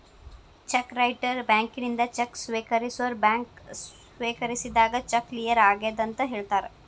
check writer ಬ್ಯಾಂಕಿನಿಂದ cheque ಸ್ವೇಕರಿಸೋರ್ bank ಸ್ವೇಕರಿಸಿದಾಗ ಚೆಕ್ ಕ್ಲಿಯರ್ ಆಗೆದಂತ ಹೇಳ್ತಾರ